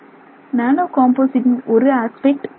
நானோ காம்போசிட்டின் ஒரு பிரச்சினை டிஸ்பர்சன்